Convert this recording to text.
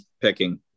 picking